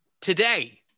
today